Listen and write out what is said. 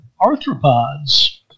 arthropods